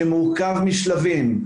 שמורכב משלבים,